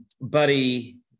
buddy